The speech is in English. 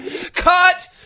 Cut